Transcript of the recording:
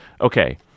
okay